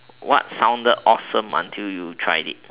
what sounded awesome until you tried it